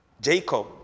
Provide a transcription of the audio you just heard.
Jacob